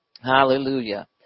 Hallelujah